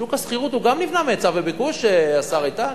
שוק השכירות גם הוא נבנה מהיצע וביקוש, השר איתן,